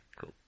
cool